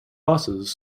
busses